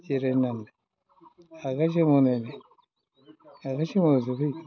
जिरायनाङा आखाइ सोमावना नायलाय आखाइ सोमावबासो फैगोन